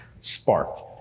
sparked